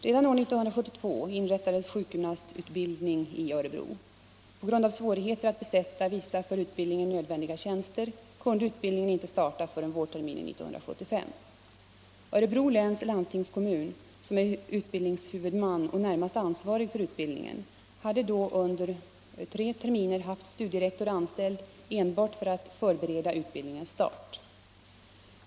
Redan år 1972 inrättades sjukgymnastutbildning i Örebro. På grund av svårigheter att besätta vissa för utbildningen nödvändiga tjänster kunde utbildningen inte starta förrän vårterminen 1975. Örebro läns landstingskommun — som är utbildningshuvudman och närmast ansvarig för utbildningen — hade då under tre terminer haft studierektor anställd enbart för att förbereda utbildningens start.